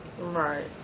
Right